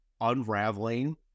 unraveling